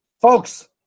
folks